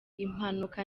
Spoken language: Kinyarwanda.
impanuka